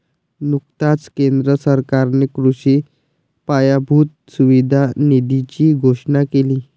नुकताच केंद्र सरकारने कृषी पायाभूत सुविधा निधीची घोषणा केली